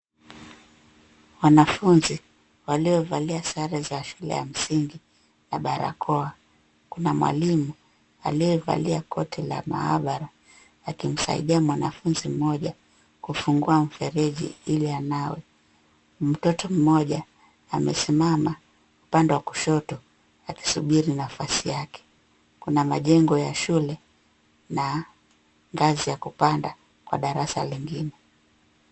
Wanafunzi waliovalia sare za shule ya msingi na barakoa. Kuna mwalimu aliyevalia koti la maabara, akimsaidia mwananfunzi mmoja kufungua mfereji ili anawe. Mtoto mmoja amesimama upande wa kushoto, akisubiri nafasi yake. Kuna majengo ya shule na ngazi ya kupanda kwa darasa lingine.